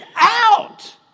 out